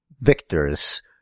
victors